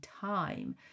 time